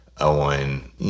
on